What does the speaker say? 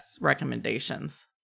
recommendations